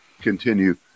continue